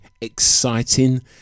exciting